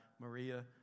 Maria